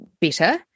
better